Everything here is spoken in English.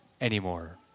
anymore